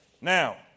Now